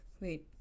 Wait